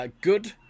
good